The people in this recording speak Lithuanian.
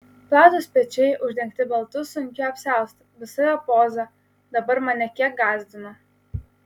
platūs pečiai uždengti baltu sunkiu apsiaustu visa jo poza dabar mane kiek gąsdino